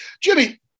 Jimmy